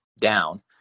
down